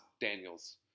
Daniels